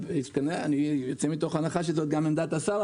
שאני יוצא מתוך הנחה שזו הייתה גם עמדת השר,